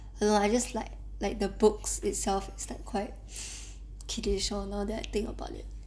!hannor! I'm just like like the books itself is like quite kiddish lor now that I think about it